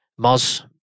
Moz